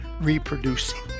reproducing